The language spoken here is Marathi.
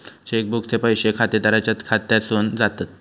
चेक बुकचे पैशे खातेदाराच्या खात्यासून जातत